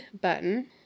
button